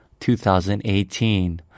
2018